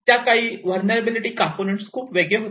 त्याकाळी vulnerability components खूप वेगळे होते